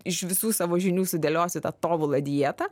iš visų savo žinių sudėliosit tą tobulą dietą